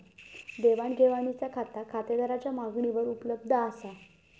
देवाण घेवाणीचा खाता खातेदाराच्या मागणीवर उपलब्ध असा